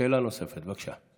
שאלה נוספת, בבקשה.